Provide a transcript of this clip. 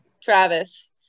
Travis